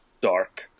dark